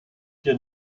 hier